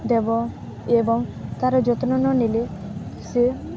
ଦେବ ଏବଂ ତାର ଯତ୍ନ ନ ନେଲେ ସେ